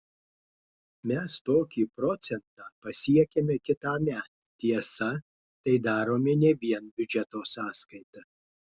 mes tokį procentą pasiekiame kitąmet tiesa tai darome ne vien biudžeto sąskaita